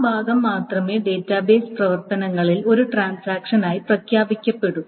ആ ഭാഗം മാത്രമേ ഡാറ്റാബേസ് പ്രവർത്തനങ്ങളിൽ ഒരു ട്രാൻസാക്ഷൻ ആയി പ്രഖ്യാപിക്കപ്പെടൂ